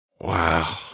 Wow